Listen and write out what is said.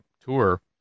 tour